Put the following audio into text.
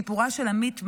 סיפורה של עמית מן,